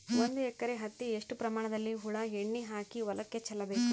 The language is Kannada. ಒಂದು ಎಕರೆ ಹತ್ತಿ ಎಷ್ಟು ಪ್ರಮಾಣದಲ್ಲಿ ಹುಳ ಎಣ್ಣೆ ಹಾಕಿ ಹೊಲಕ್ಕೆ ಚಲಬೇಕು?